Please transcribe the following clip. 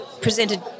presented